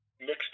mixed